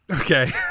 Okay